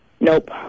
Nope